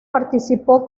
participó